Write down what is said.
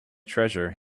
treasure